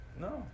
No